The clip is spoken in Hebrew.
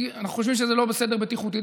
כי אנחנו חושבים שזה לא בסדר בטיחותית,